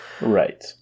Right